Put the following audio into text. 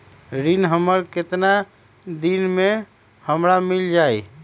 ऋण हमर केतना दिन मे हमरा मील जाई?